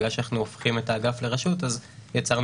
מכיוון שאנחנו הופכים את האגף לרשות אז יצרנו